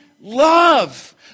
love